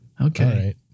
Okay